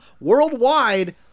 worldwide